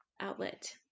outlet